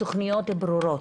תוכניות ברורות.